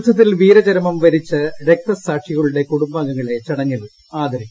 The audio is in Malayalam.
യുദ്ധ ത്തിൽ വീരചരമം വരിച്ച രക്ത സാക്ഷികളുടെ കൂടുംബാംഗങ്ങളെ ചടങ്ങിൽ ആദരിക്കും